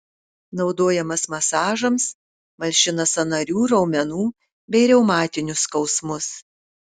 naudojamas masažams malšina sąnarių raumenų bei reumatinius skausmus